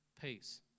peace